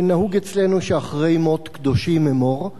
נהוג אצלנו ש"אחרי מות קדושים אמור",